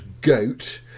goat